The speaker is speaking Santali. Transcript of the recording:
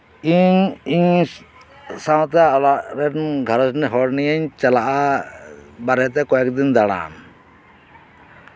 ᱤᱧ ᱥᱟᱶᱛᱮ ᱚᱲᱟᱜ ᱨᱮᱱ ᱜᱷᱟᱸᱨᱚᱧᱡᱽ ᱨᱮᱱ ᱦᱚᱲ ᱱᱤᱭᱟᱹᱧ ᱪᱟᱞᱟᱜᱼᱟ ᱵᱟᱨᱦᱮᱛᱮ ᱠᱚᱭᱮᱠ ᱫᱤᱱ ᱫᱟᱬᱟᱱ